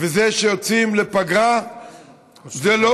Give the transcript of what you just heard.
וזה שיוצאים לפגרה זה לא